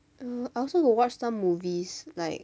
err I also got watch some movies like